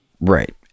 Right